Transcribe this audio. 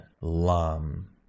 LAM